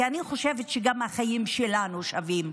כי אני חושבת שגם החיים שלנו שווים,